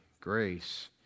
grace